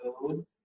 code